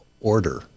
order